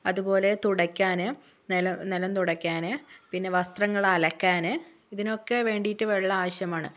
അതുപോലെ തുടയ്ക്കാൻ നിലം നിലം തുടയ്ക്കാൻ പിന്നെ വസ്ത്രങ്ങൾ അലക്കാൻ ഇതിനൊക്കെ വേണ്ടിയിട്ട് വെള്ളം ആവശ്യമാണ്